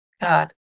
God